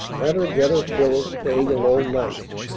let her get her fill of staying alone nights.